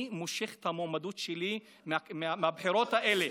אני מושך את המועמדות שלי מהבחירות האלה.